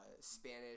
Spanish